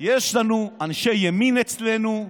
יש לנו אנשי ימין אצלנו,